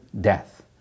death